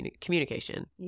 communication